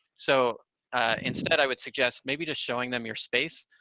so instead i would suggest maybe just showing them your space.